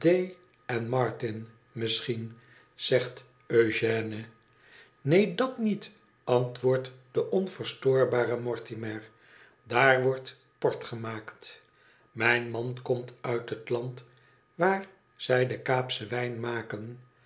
martin i misschien zegt eugène neen dat niet antwoordt de onverstoorbare mortimer tdaar wordt port gemaakt mijn man komt uit het land waar zij denkaapschen wijn maken